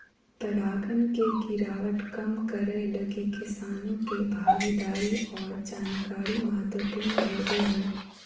परागण के गिरावट कम करैय लगी किसानों के भागीदारी और जानकारी महत्वपूर्ण होबो हइ